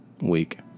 week